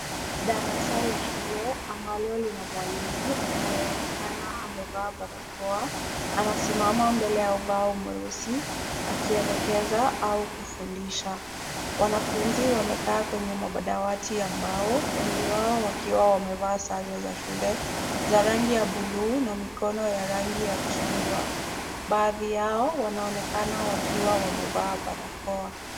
Darasa la shule ambalo lina mwalimu anayeonekana amevaa barakoa anasimama mbele ya ubao mweusi akielekeza au kufundisha. Wanafunzi wamekaa kwenye madawati ya mbao, wengi wao wakiwa wamevaa sare za shule za rangi ya bluu na mikono ya rangi ya chungwa. Baadhi yao wanaonekana wakiwa wamevaa barakoa.